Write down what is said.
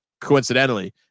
Coincidentally